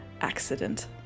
accident